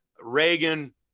Reagan